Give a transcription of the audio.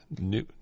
new